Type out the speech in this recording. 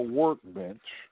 workbench